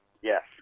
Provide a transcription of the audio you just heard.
Yes